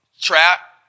trap